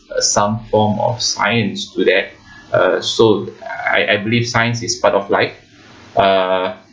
some form of science to that uh so I I believe science is part of life uh